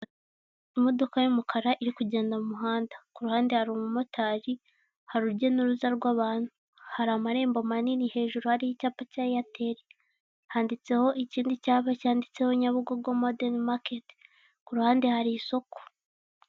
Imodoka y'umukara iri kugenda mumuhanda ku ruhande hari umumotari ha rujya n'uruza rw'abantu hari amarembo manini hejuru hari icyapa cya eyateri, handitseho ikindi cyapa cyanditseho nyabugogo modeni maketi, ku ruhande hari isoko.